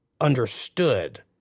understood